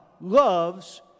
loves